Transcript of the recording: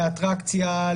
לאטרקציה,